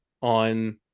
on